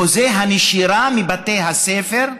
אחוזי הנשירה מבתי הספר,